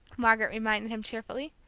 margaret reminded him cheerfully.